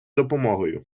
допомогою